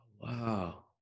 Wow